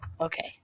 Okay